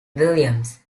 williams